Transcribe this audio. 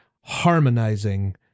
harmonizing